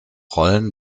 rollen